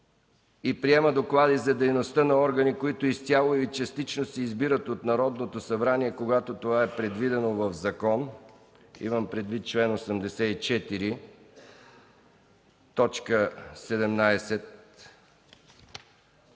и приема доклади за дейността на органи, които изцяло или частично се избират от Народното събрание, когато това е предвидено в закон – имам предвид чл. 84, т.